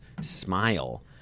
smile